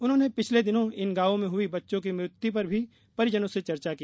उन्होंने पिछले दिनों इन गांवों में हई बच्चों की मृत्यू पर भी परिजनों से चर्चा की